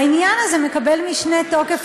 העניין הזה מקבל משנה תוקף,